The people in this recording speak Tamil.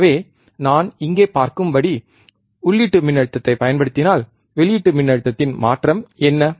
எனவே நான் இங்கே பார்க்கும் படி உள்ளீட்டு மின்னழுத்தத்தைப் பயன்படுத்தினால் வெளியீட்டு மின்னழுத்தத்தின் மாற்றம் என்ன